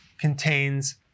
contains